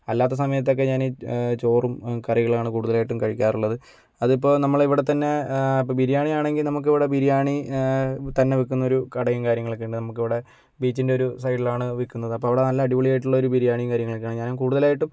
അല്ലാത്ത സമയത്തൊക്കെ ഞാൻ ചോറും കറികളാണ് കൂടുതലായിട്ടും കഴിക്കാറുള്ളത് അതിപ്പം നമ്മളിവിടെ തന്നെ അപ്മ്മ് ബിരിയാണി ആണെങ്കിൽ നമുക്ക് ഇവിടെ ബിരിയാണി തന്നെ വിക്കുന്നൊരു കടയും കാര്യങ്ങളൊക്കെയുണ്ട് നമുക്കിവിടെ ബീച്ചിൻ്റെ ഒരു സൈഡിലാണ് വിൽക്കുന്നത് അപ്പോൾ അവിടെ നല്ല അടിപൊളി ആയിട്ടുള്ളൊരു ബിരിയാണിയും കാര്യങ്ങളൊക്കെ ആണ് ഞാൻ കൂടുതലായിട്ടും